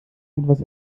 etwas